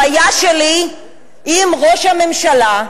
הבעיה שלי היא עם ראש הממשלה.